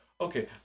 Okay